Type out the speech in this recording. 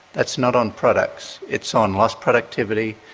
that's not on products, it's on lost productivity,